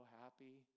happy